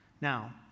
Now